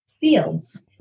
fields